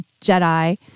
Jedi